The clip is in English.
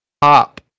pop